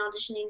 auditioning